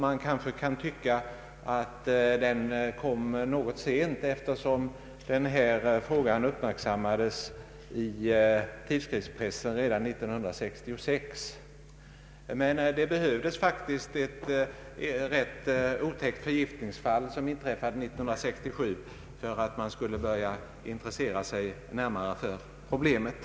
Man kanske kan tycka att den kom något sent eftersom den här frågan uppmärksammades i tidskriftspressen redan 1966. Men det behövdes faktiskt ett rätt otäckt förgiftningsfall, som inträffade 1967, för att man skulle börja intressera sig närmare för problemet.